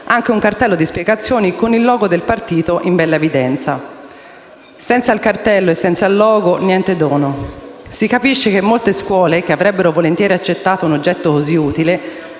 anche un cartello di spiegazioni con il logo del partito in bella evidenza. Senza il cartello e il logo, niente dono. Si capisce che molte scuole, che avrebbero volentieri accettato un oggetto così utile,